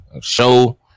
Show